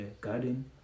garden